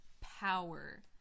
power